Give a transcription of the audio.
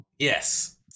Yes